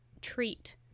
treat